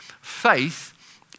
Faith